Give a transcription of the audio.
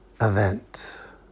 event